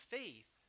faith